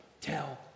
tell